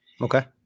Okay